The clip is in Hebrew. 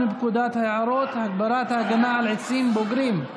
פקודת היערות (הגברת ההגנה על עצים בוגרים),